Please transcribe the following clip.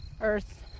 earth